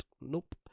Nope